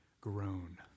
grown